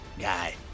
guy